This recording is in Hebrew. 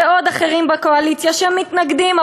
ויש עוד אחרים בקואליציה שמתנגדים,